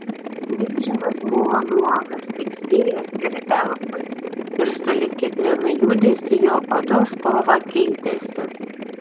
milžinas buvo nuogas kaip fėjos ir elfai ir sulig kiekvienu judesiu jo odos spalva keitėsi